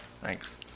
Thanks